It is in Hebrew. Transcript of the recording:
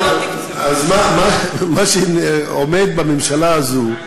אז מה שקורה בממשלה הזו,